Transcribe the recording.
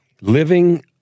living